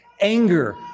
anger